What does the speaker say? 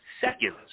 Seconds